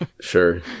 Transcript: Sure